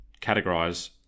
categorize